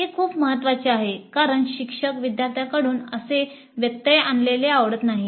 हे खूप महत्वाचे आहे कारण काही शिक्षक विद्यार्थ्यांकडून असे व्यत्यय आणलेले आवडत नाहीत